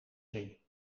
zien